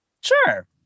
Sure